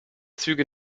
züge